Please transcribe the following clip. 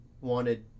wanted